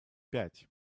пять